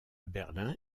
berlin